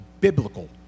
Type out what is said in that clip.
biblical